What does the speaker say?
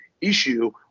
issue